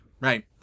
right